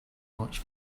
much